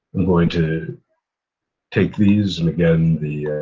i'm going to take these, and again, the